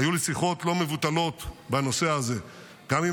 היו לי שיחות לא מבוטלות בנושא הזה גם עם